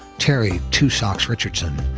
terry two socks richardson,